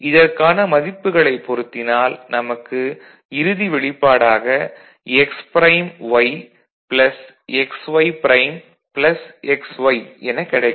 இதற்கான மதிப்புகளைப் பொருத்தினால் நமக்கு இறுதி வெளிப்பாடாக x prime y x y prime x y எனக் கிடைக்கும்